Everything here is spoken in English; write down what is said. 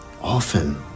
Often